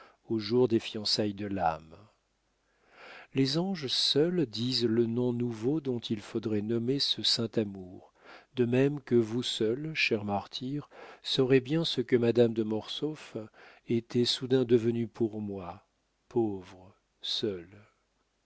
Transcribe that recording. au jour des fiançailles de l'âme les anges seuls disent le nom nouveau dont il faudrait nommer ce saint amour de même que vous seuls chers martyrs saurez bien ce que madame de mortsauf était soudain devenue pour moi pauvre seul